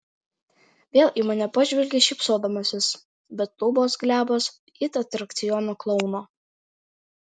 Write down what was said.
vėl į mane pažvelgia šypsodamasis bet lūpos glebios it atrakcionų klouno